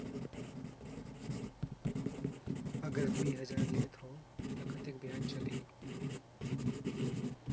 अगर दुई हजार लेत हो ता कतेक ब्याज चलही?